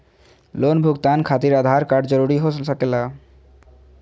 Loan भुगतान खातिर Aadhaar card जरूरी हो सके ला?